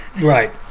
right